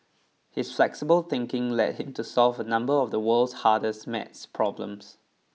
his flexible thinking led him to solve a number of the world's hardest maths problems